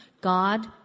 God